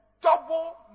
double